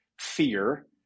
Fear